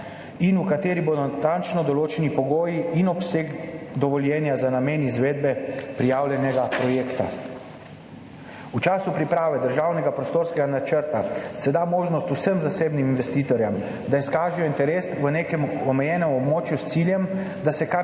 in v kateri bodo natančno določeni pogoji in obseg dovoljenja za namen izvedbe prijavljenega projekta. V času priprave državnega prostorskega načrta se da možnost vsem zasebnim investitorjem, da izkažejo interes v nekem omejenem območju s ciljem,